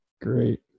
great